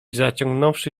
zaciągnąwszy